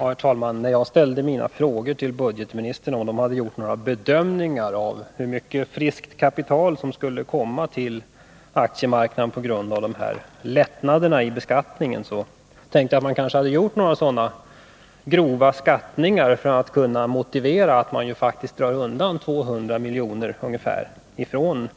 Herr talman! När jag ställde frågan till budgetministern om man hade gjort några bedömningar av hur mycket friskt kapital som skulle komma till aktiemarknaden på grund av de här lättnaderna i beskattningen, tänkte jag att man kanske hade gjort några grova skattningar för att kunna motivera att man faktiskt drar undan ungefär två 200 milj.kr. från